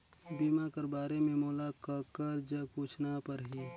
बीमा कर बारे मे मोला ककर जग पूछना परही?